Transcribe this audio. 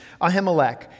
Ahimelech